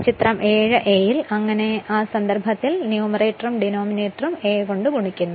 ചിത്രം 7 a ൽ അങ്ങനെ ആ സന്ദർഭത്തിൽ ന്യൂമറേറ്ററും ഡിനോമിനേറ്ററും a കൊണ്ട് ഗുണിക്കുന്നു